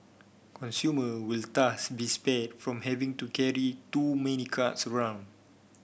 consumer will thus be spared from having to carry too many cards around